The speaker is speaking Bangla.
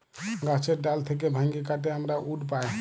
গাহাচের ডাল থ্যাইকে ভাইঙে কাটে আমরা উড পায়